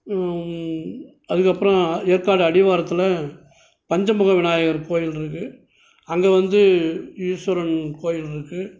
அதுக்கப்பறம் ஏற்காடு அடிவாரத்தில் பஞ்சமுக விநாயகர் கோவில் இருக்குது அங்கே வந்து ஈஸ்வரன் கோவில் இருக்குது